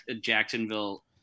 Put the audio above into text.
Jacksonville